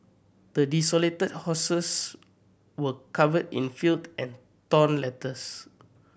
the desolated houses were covered in filled and torn letters